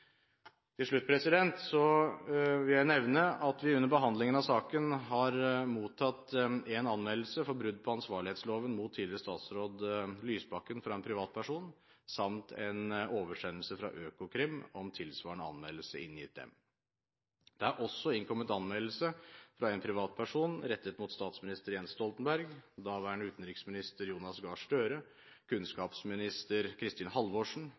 Til slutt vil jeg nevne at vi under behandlingen av saken har mottatt en anmeldelse mot tidligere statsråd Lysbakken fra en privatperson for brudd på ansvarlighetsloven samt en oversendelse fra Økokrim om tilsvarende anmeldelse inngitt dem. Det er også kommet en anmeldelse fra en privatperson rettet mot statsminister Jens Stoltenberg, daværende utenriksminister Jonas Gahr Støre, kunnskapsminister Kristin Halvorsen,